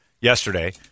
yesterday